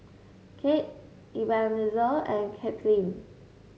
Cade Ebenezer and Katelin